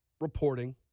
reporting